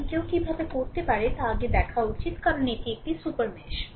সুতরাং কেউ কীভাবে করতে পারে তা আগে দেখা উচিত কারণ এটি একটি সুপার mesh